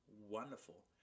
Wonderful